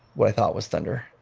what i thought was thunder.